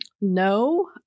no